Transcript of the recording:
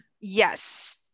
Yes